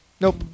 Nope